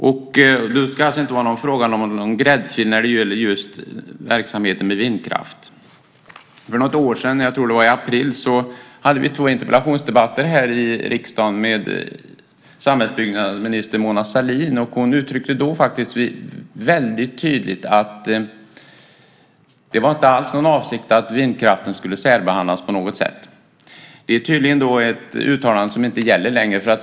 Det ska inte vara fråga om någon gräddfil när det gäller verksamheten med vindkraft. För något år sedan hade vi två interpellationsdebatter här i riksdagen med samhällsbyggnadsminister Mona Sahlin. Hon uttryckte då väldigt tydligt att man inte alls hade för avsikt att på något sätt särbehandla vindkraft. Det är ett uttalande som tydligen inte gäller längre.